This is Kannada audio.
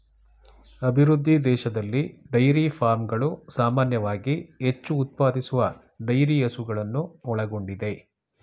ಅಭಿವೃದ್ಧಿ ದೇಶದಲ್ಲಿ ಡೈರಿ ಫಾರ್ಮ್ಗಳು ಸಾಮಾನ್ಯವಾಗಿ ಹೆಚ್ಚು ಉತ್ಪಾದಿಸುವ ಡೈರಿ ಹಸುಗಳನ್ನು ಒಳಗೊಂಡಿದೆ